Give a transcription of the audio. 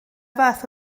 fath